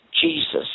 Jesus